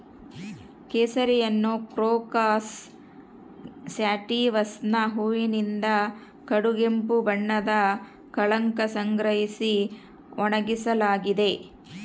ಕೇಸರಿಯನ್ನುಕ್ರೋಕಸ್ ಸ್ಯಾಟಿವಸ್ನ ಹೂವಿನಿಂದ ಕಡುಗೆಂಪು ಬಣ್ಣದ ಕಳಂಕ ಸಂಗ್ರಹಿಸಿ ಒಣಗಿಸಲಾಗಿದೆ